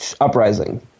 Uprising